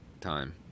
time